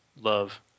love